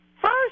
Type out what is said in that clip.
first